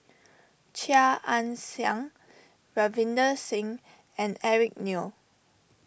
Chia Ann Siang Ravinder Singh and Eric Neo